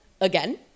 again